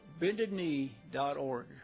BendedKnee.org